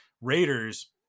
Raiders